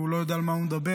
הוא לא יודע על מה הוא מדבר,